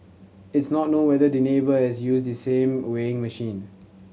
it's not known whether the neighbour has used the same weighing machine